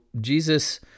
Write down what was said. Jesus